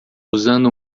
usando